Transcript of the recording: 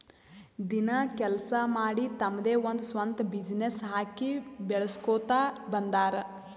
ದಿನ ಕೆಲ್ಸಾ ಮಾಡಿ ತಮ್ದೆ ಒಂದ್ ಸ್ವಂತ ಬಿಸಿನ್ನೆಸ್ ಹಾಕಿ ಬೆಳುಸ್ಕೋತಾ ಬಂದಾರ್